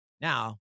Now